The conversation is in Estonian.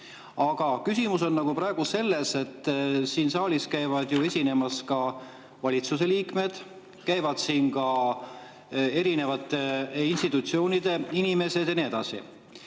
Aga küsimus on praegu selles, et siin saalis käivad esinemas ka valitsuse liikmed, käivad siin ka erinevate institutsioonide inimesed ja nii edasi.